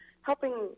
helping